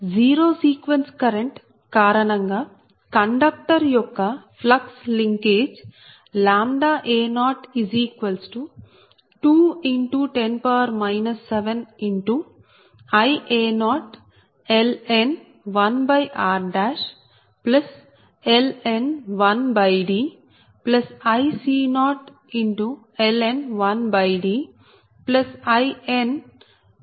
zero sequence current కారణంగా conductor యొక్క flux linkage a02×10 7Ia0 1r Ib0 1D Ic0 1D In 1Dn